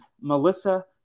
Melissa